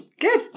Good